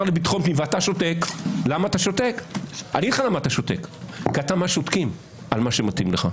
לביטחון פנים ואתה שותק כי אתה מהשותקים על מה שמתאים לך.